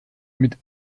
mit